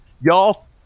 y'all